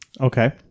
Okay